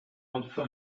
also